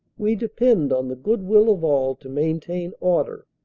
we depend on the goodwill of all to maintain order.